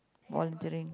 volunteering